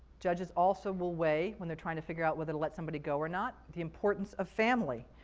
judges also will weigh, when they're trying to figure out whether to let somebody go or not, the importance of family.